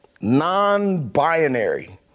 non-binary